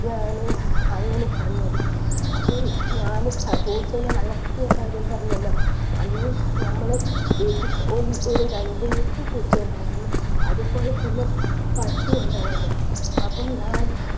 ഞാൻ അങ്ങനെ പറഞ്ഞത് അപ്പോൾ ഞാൻ പൂച്ചനെ വളർത്തിയ കാര്യം പറഞ്ഞല്ലോ അന്ന് നമ്മൾ വീട്ടിൽ ഒരു രണ്ട് മൂന്ന് പൂച്ച ഉണ്ടായിരുന്നു അതുപോലെ തന്നെ പട്ടി ഉണ്ടായിരുന്നു അപ്പം ഞാൻ